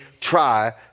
try